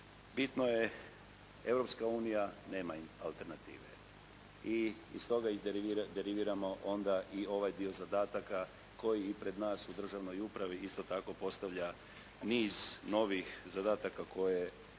bitno je Europska unija nema alternative i iz toga deriviramo onda i ovaj dio zadataka koji i pred nas u državnoj upravi isto tako postavlja niz novih zadataka koje